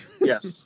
Yes